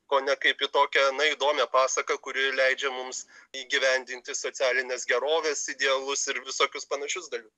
kone kaip į tokią įdomią pasaką kuri leidžia mums įgyvendinti socialinės gerovės idealus ir visokius panašius dalykus